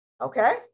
okay